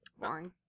boring